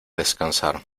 descansar